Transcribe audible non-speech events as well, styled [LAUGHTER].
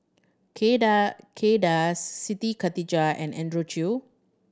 Kay [UNINTELLIGIBLE] Kay Das Siti Khalijah and Andrew Chew